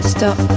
Stop